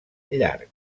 llarg